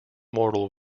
mortal